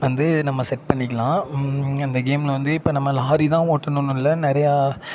வந்து நம்ம செட் பண்ணிக்கலாம் அந்த கேமில் வந்து இப்போ நம்ம லாரி தான் ஓட்டணுன்னு இல்லை நிறையா